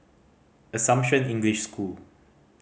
Assumption English School